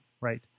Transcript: Right